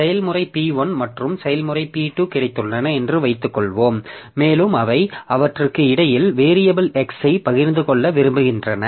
செயல்முறை P1 மற்றும் செயல்முறை P2 கிடைத்துள்ளன என்று வைத்துக்கொள்வோம் மேலும் அவை அவற்றுக்கு இடையில் வேரியபில் x ஐ பகிர்ந்து கொள்ள விரும்புகின்றன